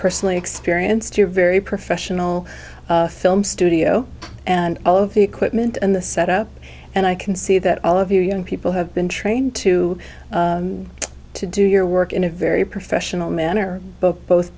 personally experienced your very professional film studio and all of the equipment and the set up and i can see that all of you young people have been trained to to do your work in a very professional manner both both